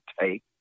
take